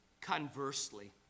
conversely